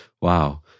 Wow